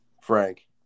Frank